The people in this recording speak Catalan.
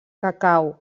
cacau